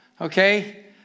Okay